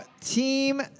team